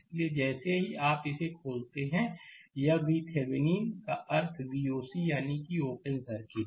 इसलिए जैसे ही आप इसे खोलते हैं यह VThevenin का अर्थ है Voc यानी ओपन सर्किट